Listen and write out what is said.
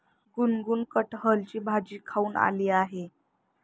गुनगुन कठहलची भाजी खाऊन आली आहे